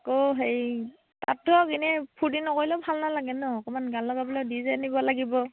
আকৌ হেৰি তাতটোও এনেই ফূৰ্তি নকৰিলেও ভাল নালাগে ন অকণমান নিব লাগিব